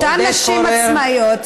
אותן נשים עצמאיות,